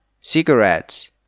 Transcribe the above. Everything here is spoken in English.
cigarettes